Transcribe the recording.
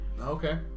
Okay